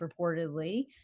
reportedly